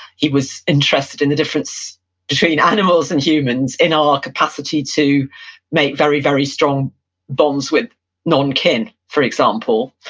he was interested in the difference between animals and humans in our capacity to make very, very strong bonds with non kin, for example.